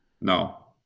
No